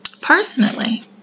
Personally